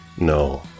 No